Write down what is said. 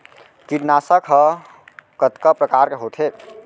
कीटनाशक ह कतका प्रकार के होथे?